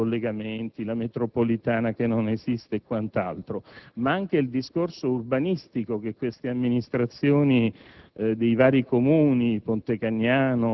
della viabilità, dei collegamenti, della metropolitana che non esiste e quant'altro, ma vi è anche un discorso urbanistico perché le amministrazioni